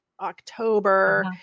October